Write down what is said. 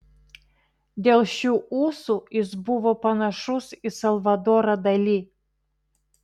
dėl šių ūsų jis buvo panašus į salvadorą dali